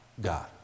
God